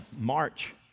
March